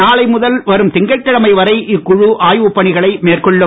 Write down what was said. நாளை முதல் வரும் திங்கட்கிழமை வரை இக்குழு ஆய்வு பணிகளை மேற்கொள்ளும்